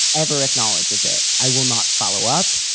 ever acknowledges it, i will not follow up,